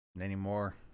anymore